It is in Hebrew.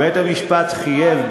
בית-המשפט חייב,